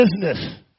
business